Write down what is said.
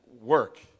work